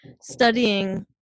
studying